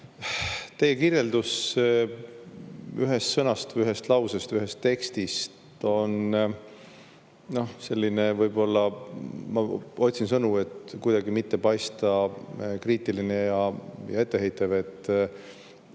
teie kirjeldus ühe sõna, ühe lause või ühe teksti kohta on selline… Võib-olla ma otsin sõnu, et kuidagi mitte paista kriitiline ja etteheitev.